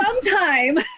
Sometime